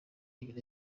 inda